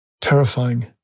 terrifying